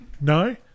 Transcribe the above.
no